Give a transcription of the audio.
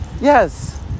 Yes